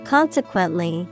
Consequently